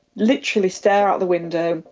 literally stare out the window.